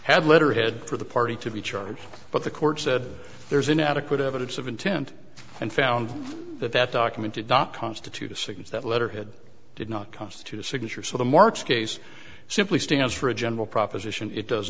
had letterhead for the party to be charged but the court said there's an adequate evidence of intent and found that documented not constitute a signature that letterhead did not constitute a signature so the marks case simply stands for a general proposition it does